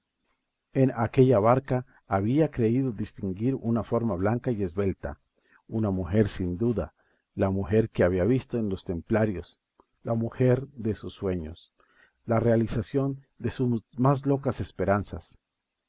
en aquella barca había creído distinguir una forma blanca y esbelta una mujer sin duda la mujer que había visto en los templarios la mujer de sus sueños la realización de sus más locas esperanzas